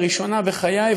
לראשונה בחיי,